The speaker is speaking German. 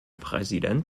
präsident